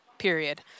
Period